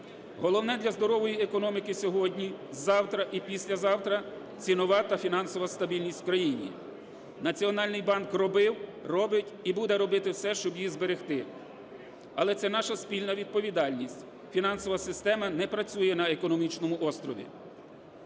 Головне для здорової економіки сьогодні, завтра і післязавтра – цінова та фінансова стабільність в країні. Національний банк робив, робить і буде робити все, щоб її зберегти, але це наша спільна відповідальність. Фінансова система не працює на економічному острові.